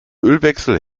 ölwechsel